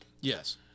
yes